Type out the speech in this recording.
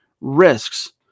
risks